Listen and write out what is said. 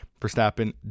Verstappen